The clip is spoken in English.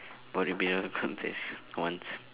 bodybuilder contest once